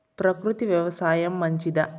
ప్రకృతి వ్యవసాయం మంచిదా?